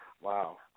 Wow